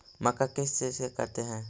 मक्का किस चीज से करते हैं?